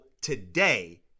today